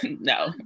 no